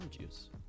juice